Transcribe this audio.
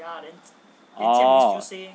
oh